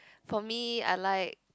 for me I like